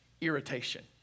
irritation